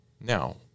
Now